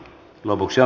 namusia